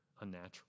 unnatural